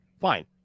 fine